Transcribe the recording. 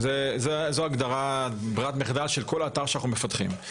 זו ברירת המחדל של כל אתר שאנחנו מפתחים.